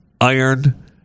iron